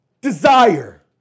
desire